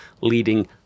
leading